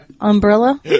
umbrella